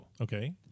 Okay